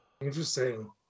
Interesting